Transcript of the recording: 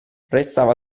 restava